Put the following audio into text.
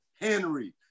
Henry